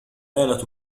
آلة